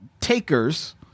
Takers